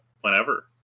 whenever